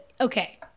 okay